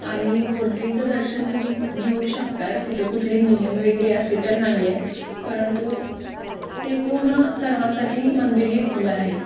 आणि मूर्तीचं दर्शन तुम्ही घेऊ शकत आहे तिथं कुठले नियम वगैरे असे तर नाही आहे परंतु ते पूर्ण सर्वांसाठी मंदिर हे खुलं आहे